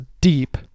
deep